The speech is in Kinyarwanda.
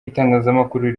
itangazamakuru